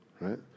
Right